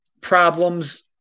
problems